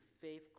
faith